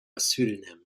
pseudonym